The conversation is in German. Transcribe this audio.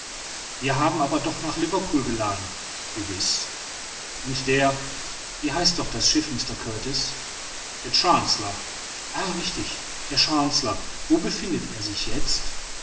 wir haben aber doch nach liverpool geladen gewiß und der wie heißt doch das schiff mr kurtis der chancellor ah richtig der chancellor wo befindet er sich jetzt